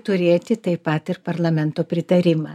turėti taip pat ir parlamento pritarimą